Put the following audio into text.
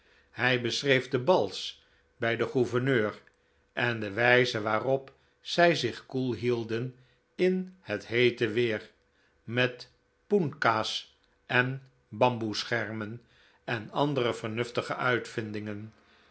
hij beschreef de bals bij den gouverneur en de wijze waarop zij zich koel hidden in het heete weer met poenka's en bamboe schermen en andere vernuftige uitvindingen